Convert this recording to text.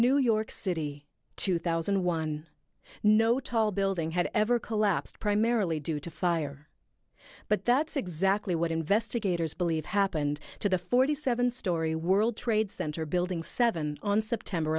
new york city two thousand and one no tall building had ever collapsed primarily due to fire but that's exactly what investigators believe happened to the forty seven story world trade center building seven on september